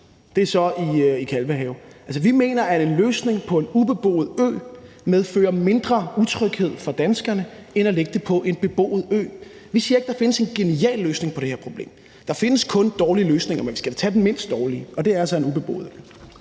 det er så i Kalvehave. Altså, vi mener, at en løsning med en ubeboet ø medfører mindre utryghed for danskerne end at lægge det på en beboet ø. Vi siger ikke, der findes en genial løsning på det her problem. Der findes kun dårlige løsninger, men vi skal da tage den mindst dårlige, og det er altså en ubeboet ø.